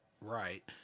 Right